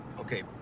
Okay